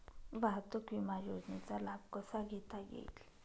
वाहतूक विमा योजनेचा लाभ कसा घेता येईल?